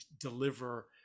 deliver